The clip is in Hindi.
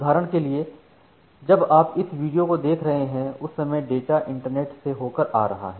उदाहरण के लिए जब आप इस वीडियो को देख रहे हैं उस समय डेटा इंटरनेट से होकर आ रहा है